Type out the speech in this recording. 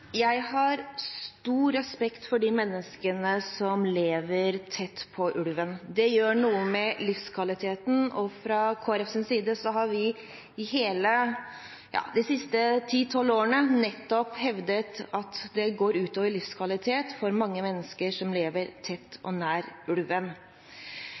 Jeg har stor respekt for de menneskene som lever tett på ulven. Det gjør noe med livskvaliteten, og fra Kristelig Folkepartis side har vi de siste ti–tolv årene nettopp hevdet at det går ut over livskvaliteten for mange mennesker som lever